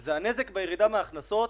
זה הנזק בירידה מהכנסות,